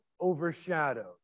overshadowed